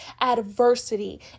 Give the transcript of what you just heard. adversity